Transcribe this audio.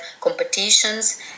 competitions